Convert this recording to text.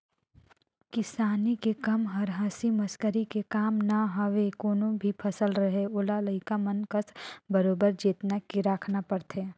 किसानी के कम हर हंसी मसकरी के काम न हवे कोनो भी फसल रहें ओला लइका मन कस बरोबर जेतना के राखना परथे